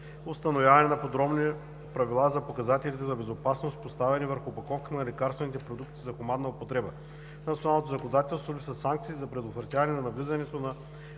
установяване на подробни правила за показателите за безопасност, поставени върху опаковката на лекарствените продукти за хуманна употреба. В националното законодателство липсват санкции за предотвратяване на навлизането на